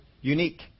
unique